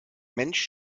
mensch